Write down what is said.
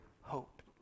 hope